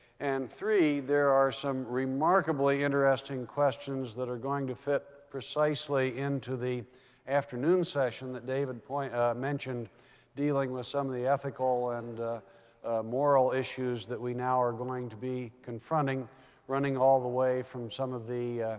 and three, there are some remarkably interesting questions that are going to fit precisely into the afternoon session that david mentioned dealing with some of the ethical and moral issues that we now are going to be confronting running all the way from some of the